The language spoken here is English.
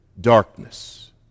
darkness